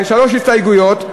שלוש הסתייגויות.